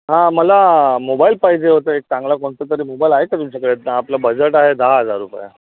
हां मला मोबाईल पाहिजे होता एक चांगला कोणता तरी मोबाईल आहे का तुमच्याकडे ते आपलं बजट आहे दहा हजार रुपये